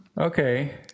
Okay